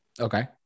Okay